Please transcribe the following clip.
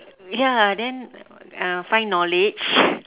ya then uh find knowledge